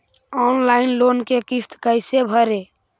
Online loan के किस्त कैसे भरे?